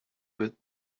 with